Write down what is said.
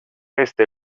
este